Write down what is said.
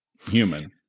human